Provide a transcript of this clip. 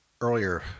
earlier